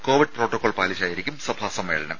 Covid protocol പാലിച്ചായിരിക്കും സഭാ സമ്മേളനം